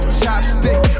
chopstick